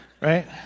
Right